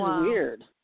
weird